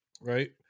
right